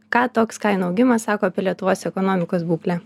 ką toks kainų augimas sako apie lietuvos ekonomikos būklę